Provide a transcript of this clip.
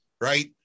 Right